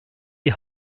die